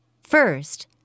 First